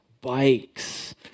bikes